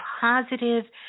positive